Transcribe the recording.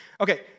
Okay